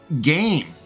game